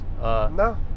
No